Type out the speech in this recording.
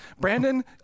brandon